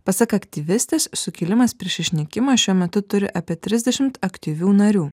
pasak aktyvistės sukilimas prieš išnykimą šiuo metu turi apie trisdešimt aktyvių narių